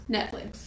Netflix